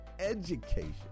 education